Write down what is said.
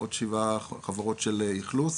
עוד שבע חברות של אכלוס